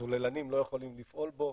צוללנים לא יכולים לפעול בו,